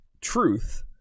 truth